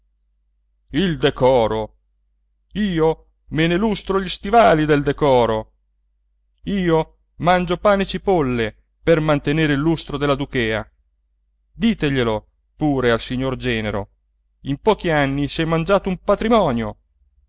il decoro io me ne lustro gli stivali del decoro io mangio pane e cipolle per mantenere il lustro della duchea diteglielo pure al signor genero in pochi anni s'è mangiato un patrimonio